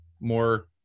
more